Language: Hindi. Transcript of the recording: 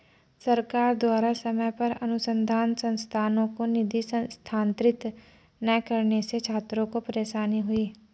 सरकार द्वारा समय पर अनुसन्धान संस्थानों को निधि स्थानांतरित न करने से छात्रों को परेशानी हुई